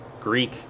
Greek